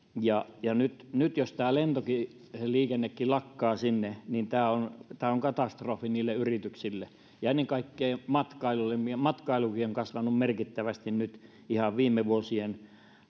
nyt nyt jos tämä lentoliikennekin sinne lakkaa niin tämä on katastrofi niille yrityksille ja ennen kaikkea matkailulle kun matkailukin on kasvanut merkittävästi nyt ihan viime vuosien